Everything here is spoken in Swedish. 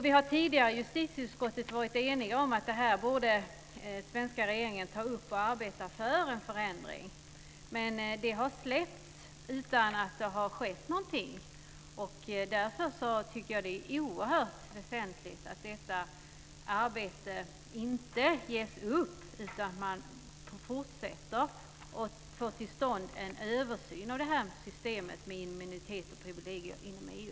Vi har tidigare i justitieutskottet varit eniga om att den svenska regeringen borde ta upp detta och arbeta för en förändring. Men det har släppts utan att det har skett någonting. Därför tycker jag att det är oerhört väsentligt att detta arbete inte ges upp, utan att man fortsätter och får till stånd en översyn av systemet med immunitet och privilegium inom EU.